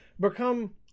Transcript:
become